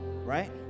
right